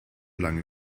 lange